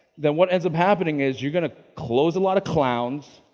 then what ends up happening is you're gonna close a lot of clowns,